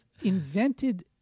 invented